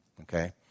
Okay